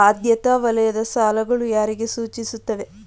ಆದ್ಯತಾ ವಲಯದ ಸಾಲಗಳು ಯಾರಿಗೆ ಸೂಚಿಸುತ್ತವೆ?